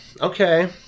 Okay